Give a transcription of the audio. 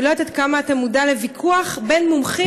אני לא יודע כמה אתה מודע לוויכוח בין מומחים,